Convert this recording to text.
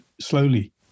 slowly